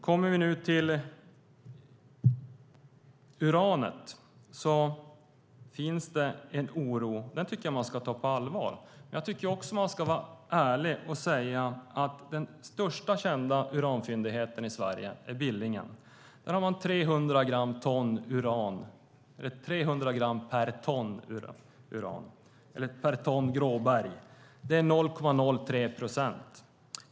Kommer vi nu till uranet så finns det en oro. Den tycker jag att man ska ta på allvar. Jag tycker också att man ska vara ärlig och säga att den största kända uranfyndigheten i Sverige ligger i Billingen. Där har man 300 gram per ton gråberg. Det är 0,03 procent.